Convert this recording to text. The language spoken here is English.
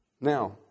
Now